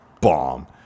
bomb